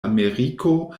ameriko